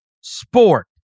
sport